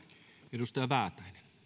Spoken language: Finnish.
arvoisa puhemies pidän siitä